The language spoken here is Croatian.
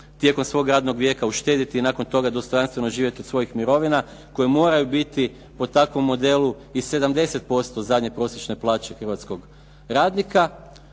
tijekom svog radnog vijeka uštediti i nakon toga dostojanstveno živjeti od svojih mirovina koje moraju biti po takvom modelu i 70% zadnje prosječne plaće hrvatskog radnika.